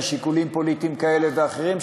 משיקולים פוליטיים כאלה ואחרים,